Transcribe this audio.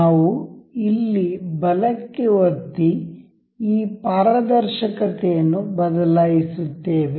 ನಾವು ಇಲ್ಲಿ ಬಲಕ್ಕೆ ಒತ್ತಿ ಈ ಪಾರದರ್ಶಕತೆಯನ್ನು ಬದಲಾಯಿಸುತ್ತೇವೆ